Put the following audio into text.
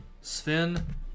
Sven